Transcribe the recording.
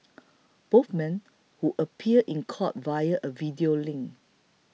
both men who appeared in court via a video link